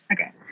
Okay